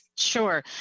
Sure